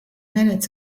minutes